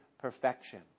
perfection